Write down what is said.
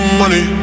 money